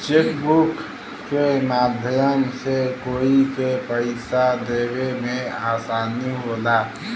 chequebook के माध्यम से कोई के पइसा देवे में आसानी होला